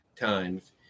times